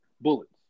Bullets